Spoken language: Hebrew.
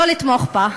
לא לתמוך בה.